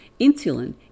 Insulin